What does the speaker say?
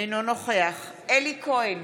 אינו נוכח אלי כהן,